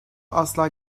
asla